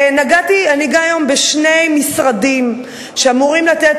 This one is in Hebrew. אני אגע היום בשני משרדים שאמורים לתת